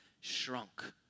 shrunk